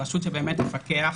ורשות שבאמת תפקח,